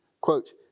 quote